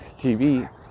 TV